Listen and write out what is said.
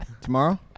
tomorrow